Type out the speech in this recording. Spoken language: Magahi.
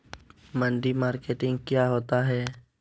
मंडी मार्केटिंग क्या होता है?